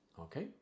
okay